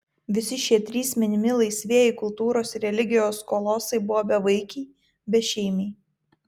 visi šie trys minimi laisvieji kultūros ir religijos kolosai buvo bevaikiai bešeimiai